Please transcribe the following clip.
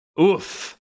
oof